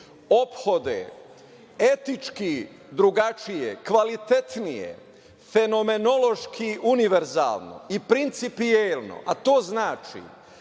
ophodi etički drugačije, kvalitetnije, fenomenološki univerzalno i principijelno, a to znači